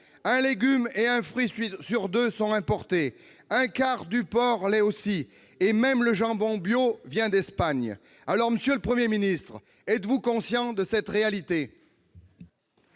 Un légume et un fruit sur deux sont importés, ainsi qu'un quart du porc. Et même le jambon bio vient d'Espagne ! Monsieur le Premier ministre, êtes-vous conscient de cette réalité ?